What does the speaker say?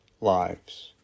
lives